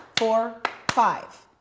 four, five,